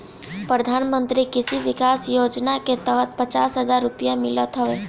प्रधानमंत्री कृषि विकास योजना के तहत पचास हजार रुपिया मिलत हवे